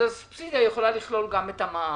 אז הסובסידיה יכולה לכלול גם את המע"מ.